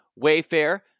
Wayfair